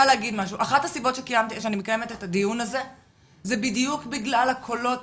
אחת הסיבות שאני מקיימת את הדיון הזה היא בדיוק בגלל הקולות